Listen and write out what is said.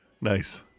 Nice